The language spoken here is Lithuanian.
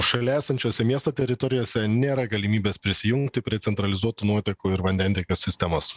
šalia esančiose miesto teritorijose nėra galimybės prisijungti prie centralizuotų nuotekų ir vandentiekio sistemos